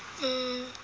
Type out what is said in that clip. mm